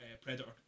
Predator